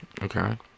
Okay